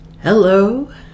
Hello